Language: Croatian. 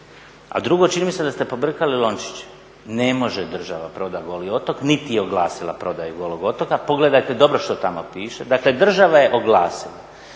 A drugo, čini mi se da ste pobrkali lončiće. Ne može država prodati Goli otok niti je oglasila prodaju Golog otoka. Pogledajte dobro što tamo piše. Dakle država je oglasila